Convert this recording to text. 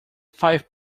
five